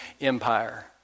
empire